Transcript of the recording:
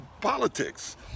politics